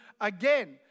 again